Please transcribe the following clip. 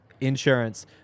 insurance